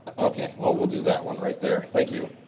okay, well we'll do that one right there. thank you.